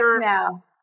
now